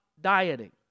dieting